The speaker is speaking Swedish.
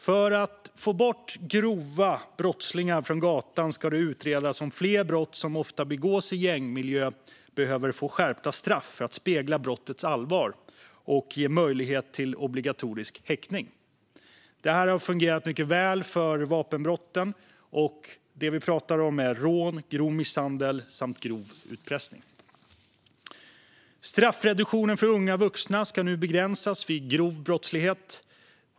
För att få bort grova brottslingar från gatan ska det utredas om fler brott som ofta begås i gängmiljö behöver få skärpta straff för att spegla brottets allvar och ge möjlighet till obligatorisk häktning. Detta har fungerat mycket väl för vapenbrotten. Det vi pratar om är rån, grov misshandel samt grov utpressning. Straffreduktionen för unga vuxna ska nu begränsas vid grov brottslighet.